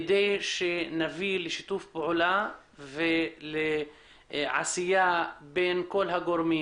כדי להביא לשיתוף פעולה ולעשייה בין כל הגורמים,